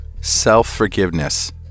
self-forgiveness